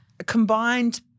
combined